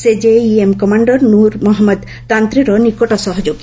ସେ JeM commander Noor Mohammad Tantray ନିକଟ ସହଯୋଗୀ